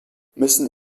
müssen